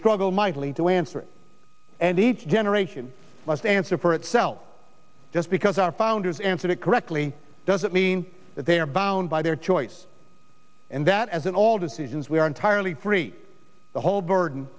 struggle mightily to answer and each generation must answer for itself just because our founders answered it correctly doesn't mean that they are bound by their choice and that as in all decisions we are entirely free the whole burden